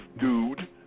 dude